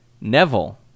Neville